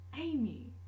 Amy